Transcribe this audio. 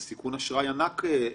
זה סיכון אשראי ענק לבנק.